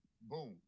boom